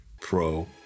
pro